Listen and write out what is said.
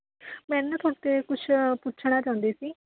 ਮੈਂ ਨਾ ਤੁਹਾਡੇ ਤੋਂ ਕੁੱਛ ਪੁੱਛਣਾ ਚਾਹੁੰਦੀ ਸੀ